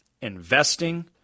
investing